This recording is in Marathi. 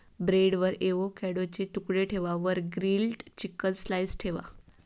ब्रेडवर एवोकॅडोचे तुकडे ठेवा वर ग्रील्ड चिकन स्लाइस ठेवा